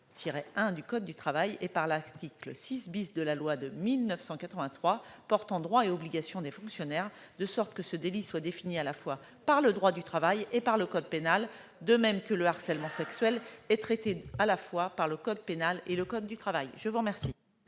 L. 1142-2-1 du code du travail et par l'article 6 de la loi de 1983 portant droits et obligations des fonctionnaires, de sorte que ce délit est défini à la fois par le droit du travail et le code pénal, de même que le harcèlement sexuel est traité à la fois par le code pénal et le code du travail. La parole